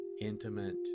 intimate